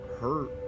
hurt